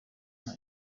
niba